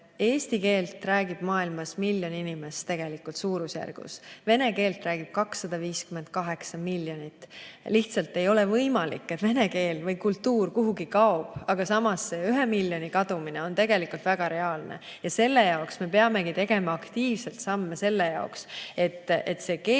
Eesti keelt räägib maailmas suurusjärgus miljon inimest. Vene keelt räägib 258 miljonit. Lihtsalt ei ole võimalik, et vene keel või kultuur kuhugi kaob, aga samas see 1 miljoni kadumine on tegelikult väga reaalne ja selle jaoks me peamegi tegema aktiivselt samme, et see keel